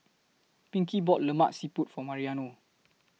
Pinkey bought Lemak Siput For Mariano